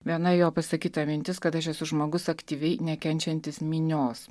viena jo pasakyta mintis kad aš esu žmogus aktyviai nekenčiantis minios